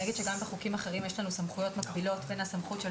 גם בחוקים אחרים יש לנו סמכויות מקבילות בין הסמכות של